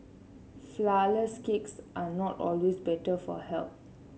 flour less cakes are not always better for health